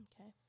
Okay